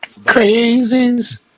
Crazies